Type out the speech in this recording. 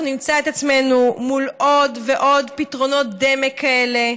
אנחנו נמצא את עצמנו מול עוד ועוד פתרונות דמה כאלה,